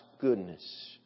goodness